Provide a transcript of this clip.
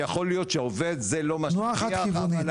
שיכול להיות שעובד זה לא --- תנועה חד כיוונית.